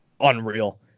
Unreal